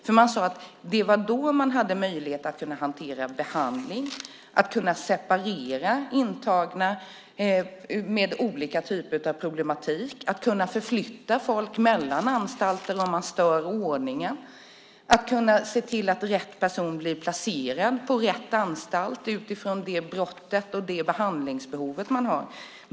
Det var då man sade att man hade möjlighet att hantera behandling, att separera intagna med olika typer av problematik, att förflytta folk mellan anstalter om de stör ordningen och att se till att rätt person blir placerad på rätt anstalt utifrån det brott och det behandlingsbehov man har.